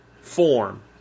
form